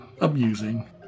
amusing